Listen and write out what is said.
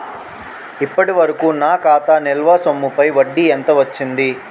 ఇప్పటి వరకూ నా ఖాతా నిల్వ సొమ్ముపై వడ్డీ ఎంత వచ్చింది?